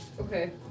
Okay